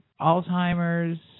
Alzheimer's